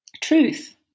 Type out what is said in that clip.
truth